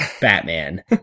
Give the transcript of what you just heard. Batman